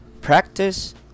practice